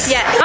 Yes